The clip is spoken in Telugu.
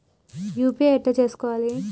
యూ.పీ.ఐ ఎట్లా చేసుకోవాలి?